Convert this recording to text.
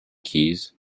keys